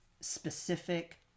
specific